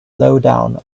lowdown